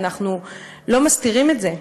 אנחנו לא מסתירים את זה,